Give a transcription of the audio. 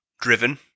Driven